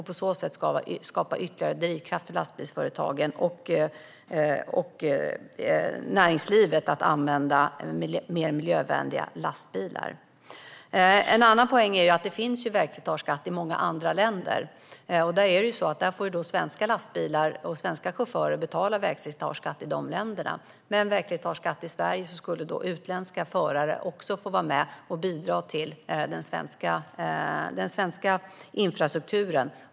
På så sätt skapas ytterligare drivkraft för lastbilsföretagen och näringslivet att använda mer miljövänliga lastbilar. Ytterligare en poäng med vägslitageskatt är att en sådan skatt finns i många andra länder. Svenska lastbilar och svenska chaufförer får betala vägslitageskatt i de länderna. Med en vägslitageskatt i Sverige skulle utländska förare också vara med och bidra till den svenska infrastrukturen.